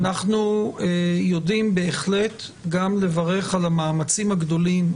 אנחנו יודעים בהחלט גם לברך על המאמצים הגדולים,